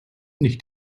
nicht